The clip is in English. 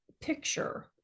picture